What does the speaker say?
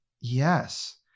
Yes